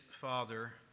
Father